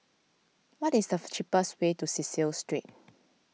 what is the cheapest way to Cecil Street